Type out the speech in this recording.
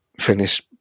finish